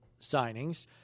signings